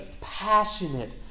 passionate